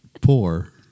poor